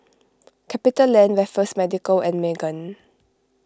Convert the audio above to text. CapitaLand Raffles Medical and Megan